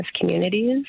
communities